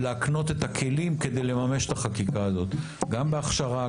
להקנות את הכלים כדי לממש את החקיקה הזאת גם בהכשרה,